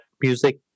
music